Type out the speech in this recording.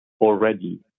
already